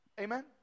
Amen